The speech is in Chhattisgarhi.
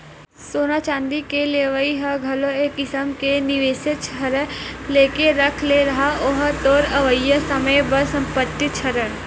सोना चांदी के लेवई ह घलो एक किसम के निवेसेच हरय लेके रख ले रहा ओहा तोर अवइया समे बर संपत्तिच हरय